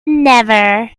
never